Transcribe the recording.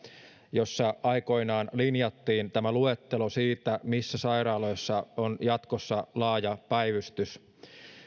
jossa aikoinaan linjattiin tämä luettelo siitä missä sairaaloissa on jatkossa laaja päivystys